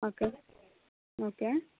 okay okay